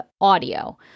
audio